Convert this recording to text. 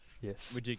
Yes